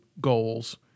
goals